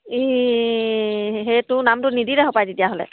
ই সেইটো নামটো নিদিলে হপায় তেতিয়াহ'লে